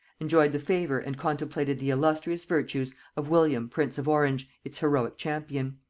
enjoyed the favor and contemplated the illustrious virtues of william prince of orange its heroic champion.